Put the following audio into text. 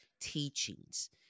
teachings